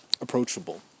approachable